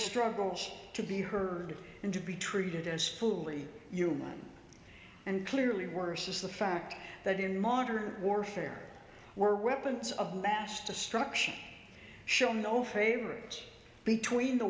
struggles to be heard and to be treated as fully human and clearly worse is the fact that in modern warfare were weapons of mass destruction shown no favor between the